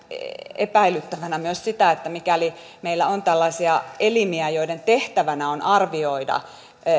epäilyttävänä myös sitä että mikäli meillä on tällaisia elimiä joiden tehtävänä on arvioida